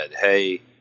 Hey